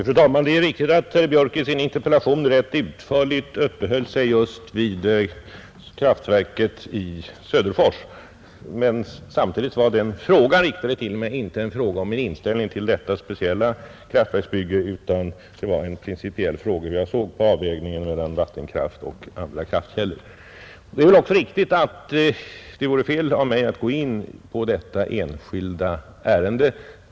Fru talman! Det är riktigt att herr Björk i Gävle i sin interpellation rätt utförligt uppehöll sig just vid kraftverket i Söderfors. Men samtidigt var den fråga han riktade till mig inte en fråga om min inställning till detta speciella kraftverksbygge, utan det var en principiell fråga om hur jag ser på avvägningen mellan vattenkraft och andra kraftkällor. Det vore väl också fel av mig att gå in på detta enskilda ärende.